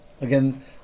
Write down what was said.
again